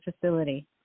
facility